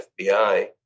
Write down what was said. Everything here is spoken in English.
FBI